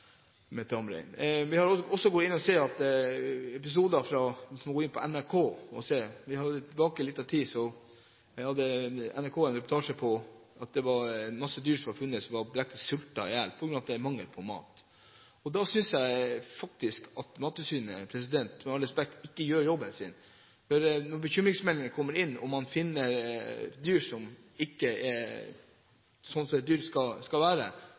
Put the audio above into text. tid siden hadde NRK en reportasje om at det var masse dyr som var funnet, som direkte hadde sultet i hjel på grunn av mangel på mat. Da synes jeg faktisk – med all respekt – at Mattilsynet ikke gjør jobben sin. Når bekymringsmeldinger kommer inn, og man finner et dyr som ikke er sånn som et dyr skal være,